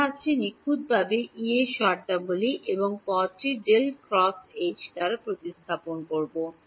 ডান হাতটি নিখুঁতভাবে E শর্তাবলী এবং আমি পদটি দ্বারা প্রতিস্থাপন করব